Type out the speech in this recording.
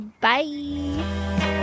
bye